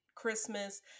Christmas